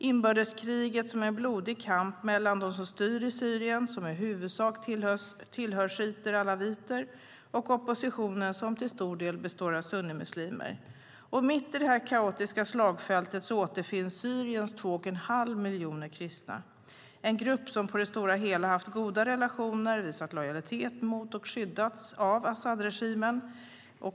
Inbördeskriget är en blodig kamp mellan de som styr Syrien som i huvudsak tillhör shiiter och alawiter och oppositionen som till stor del består av sunnimuslimer. Mitt i detta kaotiska slagfält återfinns Syriens två och en halv miljon kristna. Det är en grupp som på det stora hela haft goda relationer och visat lojalitet mot och skyddats av Assadregimen.